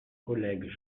collègues